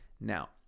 Now